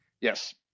Yes